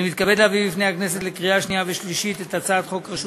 אני מתכבד להביא בפני הכנסת לקריאה שנייה ושלישית את הצעת חוק רשות